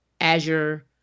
Azure